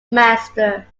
master